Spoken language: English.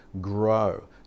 grow